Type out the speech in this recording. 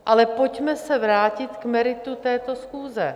Ale pojďme se vrátit k meritu této schůze.